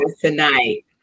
tonight